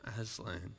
Aslan